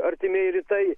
artimieji rytai